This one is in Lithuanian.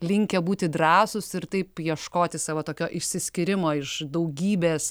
linkę būti drąsūs ir taip ieškoti savo tokio išsiskyrimo iš daugybės